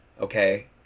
okay